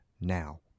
now